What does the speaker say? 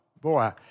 Boy